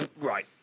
Right